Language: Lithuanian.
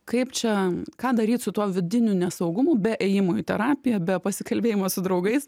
kaip čia ką daryt su tuo vidiniu nesaugumu be ėjimo į terapiją be pasikalbėjimo su draugais